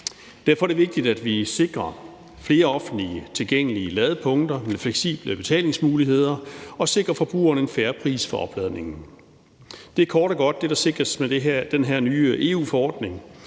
Derfor er det vigtigt, at vi sikrer flere offentligt tilgængelige ladepunkter med fleksible betalingsmuligheder og sikrer forbrugerne en fair pris for opladningen. Det er kort og godt det, der sikres med den her nye EU-forordning